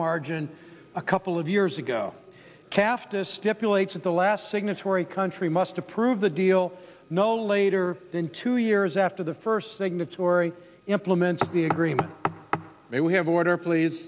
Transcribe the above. margin a couple of years ago cast a stipulates that the last signatory country must approve the deal no later than two years after the first signatory implements the remind me we have order pl